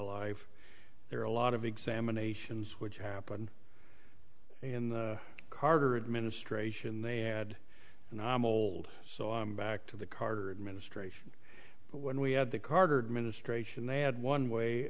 life there are a lot of examinations which happened in the carter administration they had and i'm old so i'm back to the carter administration when we had the carter administration they had one way